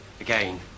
again